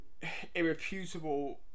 Irreputable